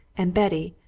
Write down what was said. and betty,